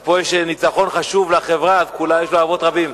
פה יש ניצחון חשוב לחברה, אז יש לו אבות רבים.